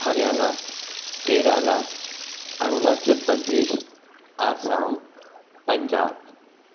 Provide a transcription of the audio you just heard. Haryana Kerala Arunachal Pradesh Assam Punjab